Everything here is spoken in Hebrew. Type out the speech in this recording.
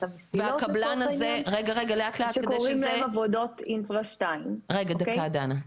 המסילות לצורך הענין שקוראים להן עבודות אינפרה 2. ברשותך,